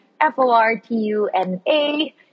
F-O-R-T-U-N-A